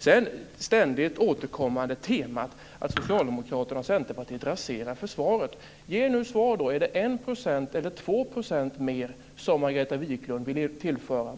Sedan har vi det ständigt återkommande temat att socialdemokraterna och Centerpartiet raserar försvaret. Ge nu ett svar: Är det 1 % eller 2 % mer som Margareta Viklund vill tillföra